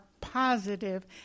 positive